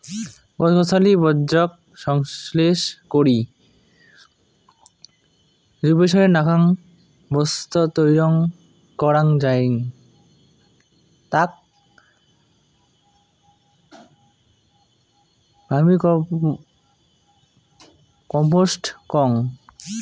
গছ গছালি বর্জ্যক সংশ্লেষ করি জৈবসারের নাকান বস্তু তৈয়ার করাং যাই তাক ভার্মিকম্পোস্ট কয়